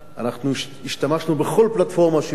אנחנו השתמשנו בכל הפלטפורמה השיווקית שלנו